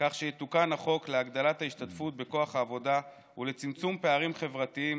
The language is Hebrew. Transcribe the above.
כך שיתוקן החוק להגדלת ההשתתפות בכוח העבודה ולצמצום פערים חברתיים